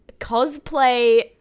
cosplay